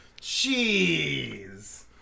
Jeez